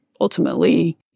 ultimately